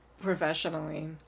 professionally